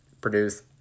produce